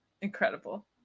incredible